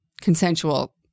consensual